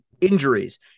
injuries